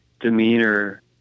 demeanor